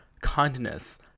kindness